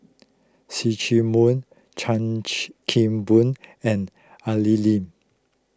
See Chak Mun Chan Kim Boon and Al Lim